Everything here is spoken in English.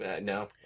No